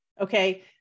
okay